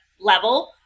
level